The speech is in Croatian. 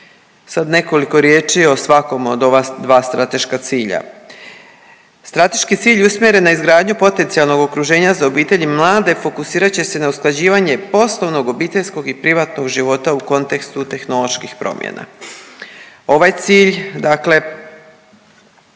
Sad nekoliko riječi o svakom od ova dva strateška cilja. Strateški cilj usmjeren na izgradnju potencijalnog okruženja za obitelj i mlade fokusirat će se na usklađivanje poslovnog, obiteljskog i privatnog života u kontekstu tehnoloških promjena. Ovaj cilj, dakle